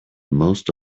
most